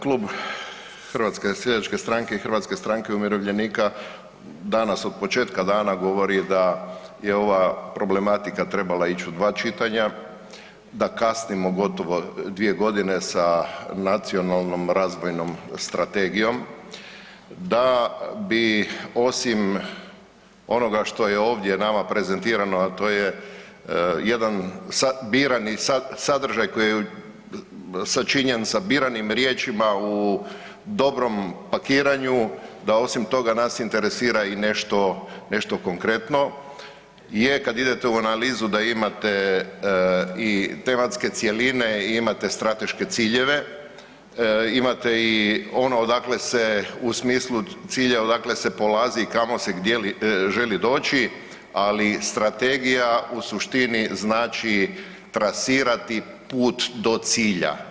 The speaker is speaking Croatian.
Klub HSS-a i HSU-a danas od početka dana govori da je ova problematika trebala ić u dva čitanja, da kasnimo gotovo 2.g. sa Nacionalnom razvojnom strategijom, da bi osim onoga što je ovdje nama prezentirano, a to je jedan birani sadržaj koji je sačinjen sa biranim riječima u dobrom pakiranju, da osim toga nas interesira i nešto, nešto konkretno je kad idete u analizu da imate i tematske cjeline i imate strateške ciljeve, imate i ono odakle se, u smislu cilja odakle se polazi, kamo se i gdje želi doći, ali strategija u suštini znači trasirati put do cilja.